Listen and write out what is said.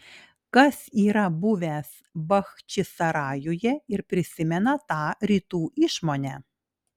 kas yra buvęs bachčisarajuje ir prisimena tą rytų išmonę